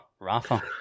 Rafa